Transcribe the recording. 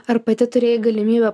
ar pati turėjai galimybę